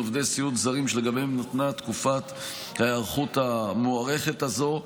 עובדי סיעוד זרים שלגביהם ניתנה תקופת ההיערכות המוארכת הזאת.